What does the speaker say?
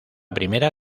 primera